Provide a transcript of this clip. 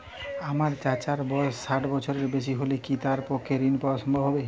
আমার চাচার বয়স ষাট বছরের বেশি হলে কি তার পক্ষে ঋণ পাওয়া সম্ভব হবে?